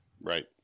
Right